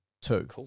two